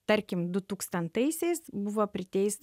tarkim dutūkstantaisiais buvo priteist